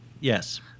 Yes